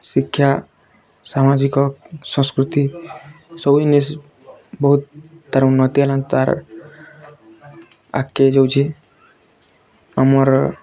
ଶିକ୍ଷା ସାମାଜିକ ସଂସ୍କୃତି ସବୁ ଜିନିଷ୍ ବହୁତ୍ ତା'ର୍ ଉନ୍ନତ୍ତି ହେଲାନ ତା'ର୍ ଆଗ୍କେ ଯାଉଛେ ଆମର୍